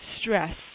stress